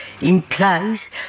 implies